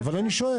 אבל אני שואל,